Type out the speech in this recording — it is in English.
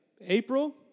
April